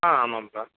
ஆ ஆமாப்பா